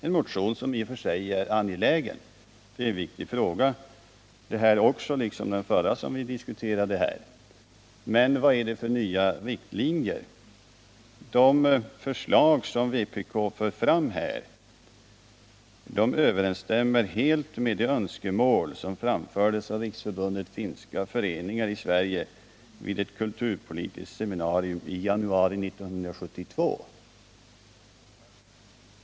Det är visserligen en motion som är angelägen, eftersom den tar upp en viktig fråga, liksom den motion som vi diskuterade nyss, men vad är det för nya riktlinjer? De förslag som vpk för fram överensstämmer helt med de önskemål som framfördes av Riksförbundet finska föreningar i Sverige vid ett kulturpolitiskt seminarium i januari 1972.